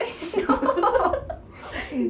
no